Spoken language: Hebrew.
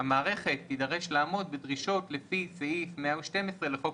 המערכת תידרש לעמוד בדרישות לפי סעיף 112 לחוק